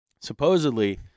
Supposedly